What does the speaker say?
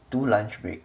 two lunch break